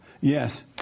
Yes